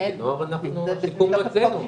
לנוער השיקום אצלנו,